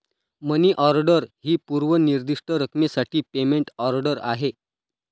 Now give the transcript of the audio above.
मनी order ही पूर्व निर्दिष्ट रकमेसाठी पेमेंट ऑर्डर आहे